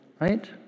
Right